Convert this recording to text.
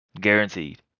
guaranteed